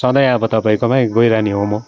सधैँ अब तपाईँकोमै गइरहने हो म